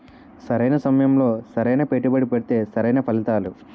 సరైన సమయంలో సరైన పెట్టుబడి పెడితే సరైన ఫలితాలు